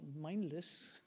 mindless